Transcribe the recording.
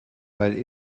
weil